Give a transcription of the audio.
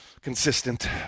consistent